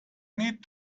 need